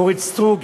אורית סטרוק,